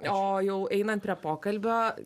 o jau einant prie pokalbio